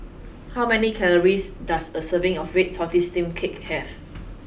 how many calories does a serving of red tortoise steamed cake have